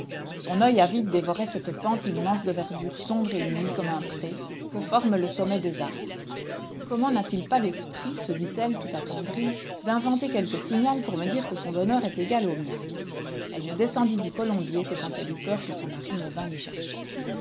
son oeil avide dévorait cette pente immense de verdure sombre et unie comme un pré que forme le sommet des arbres comment n'a-t-il pas l'esprit se dit-elle tout attendrie d'inventer quelque signal pour me dire que son bonheur est égal au mien elle ne descendit du colombier que quand elle eut peur que son mari ne vînt l'y chercher